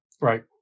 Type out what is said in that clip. Right